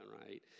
right